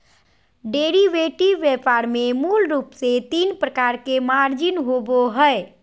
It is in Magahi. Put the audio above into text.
डेरीवेटिव व्यापार में मूल रूप से तीन प्रकार के मार्जिन होबो हइ